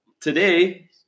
today